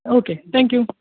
okay thank you